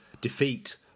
defeat